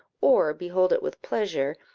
or behold it with pleasure,